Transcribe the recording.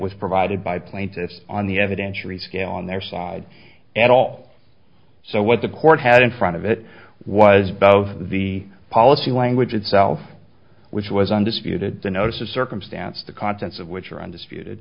was provided by plaintiffs on the evidentiary scale on their side at all so what the court had in front of it was the policy language itself which was undisputed the notice of circumstance the contents of which are undisputed